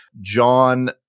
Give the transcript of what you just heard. John